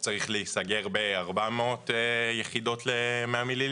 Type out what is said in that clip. צריך להיסגר ב-400 יחידות ל-100 מ"מ,